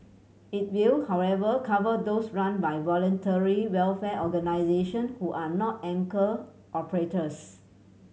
it will however cover those run by voluntary welfare organisation who are not anchor operators